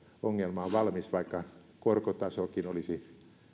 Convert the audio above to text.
ongelma on valmis vaikka korkotasokin olisi